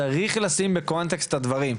צריך לשים בקונטקסט את הדברים,